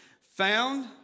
Found